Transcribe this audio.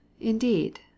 indeed